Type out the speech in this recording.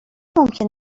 ممکنه